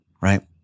Right